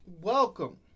welcome